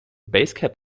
basecap